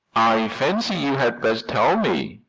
i fancy you had best tell me,